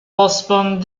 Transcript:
postpone